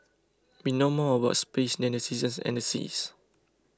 we know more about space than the seasons and the seas